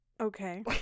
Okay